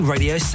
Radio